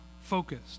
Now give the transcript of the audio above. focused